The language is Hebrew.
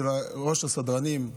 ראש הסדרנים.